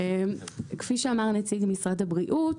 כפי שאמר נציג משרד הבריאות,